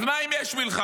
אז מה אם יש מלחמה?